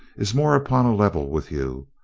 is more upon a level with you,